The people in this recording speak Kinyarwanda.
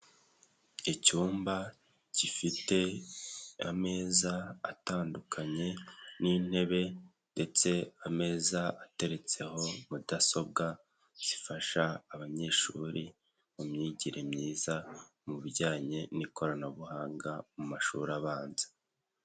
Icyumba gifite ameza atandukanye n'intebe ndetse ameza ateretseho mudasobwa, zifasha abanyeshuri mu myigire myiza mu bijyanye n'ikoranabuhanga mu mashuri abanza.